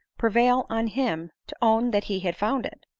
pre vail on him to own that he had found it.